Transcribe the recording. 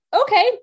okay